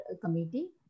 committee